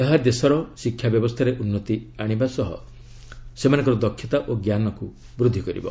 ଏହା ଦ୍ୱାରା ଦେଶର ଶିକ୍ଷା ବ୍ୟବସ୍ଥାରେ ଉନ୍ନତି ଆସିବା ସହ ସେମାନଙ୍କର ଦକ୍ଷତା ଓ ଜ୍ଞାନ ବୃଦ୍ଧି ପାଇବ